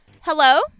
Hello